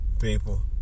People